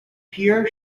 pierre